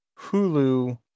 Hulu